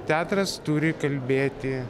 teatras turi kalbėti